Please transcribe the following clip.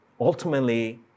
ultimately